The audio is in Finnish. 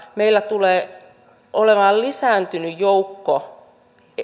meillä tulee olemaan lisääntynyt joukko